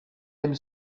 aime